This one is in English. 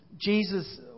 Jesus